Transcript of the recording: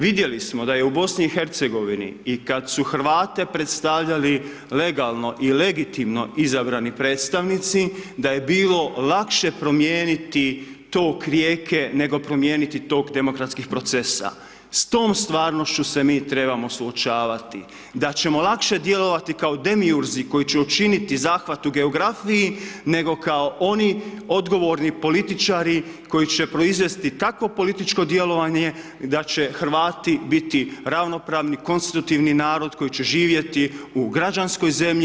Vidjeli smo da je u Bosni i Hercegovini i kada su Hrvate predstavljali legalno i legitimno izabrani predstavnici da je bilo lakše promijeniti tok rijeke nego promijeniti tok demokratskih procesa s tom stvarnošću se mi trebamo suočavati, da ćemo lakše djelovati kao demijurzi koji će učiniti zahvat u geografiji nego kao oni odgovorni političari koji će proizvesti takvo političko djelovanje da će Hrvati biti ravnopravni, konstitutivni narod koji će živjeti u građanskoj zemlji.